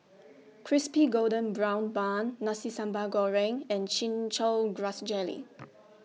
Crispy Golden Brown Bun Nasi Sambal Goreng and Chin Chow Grass Jelly